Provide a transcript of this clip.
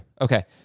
okay